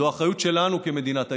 זו אחריות שלנו כמדינות היהודים.